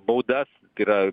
baudas tai yra